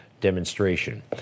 demonstration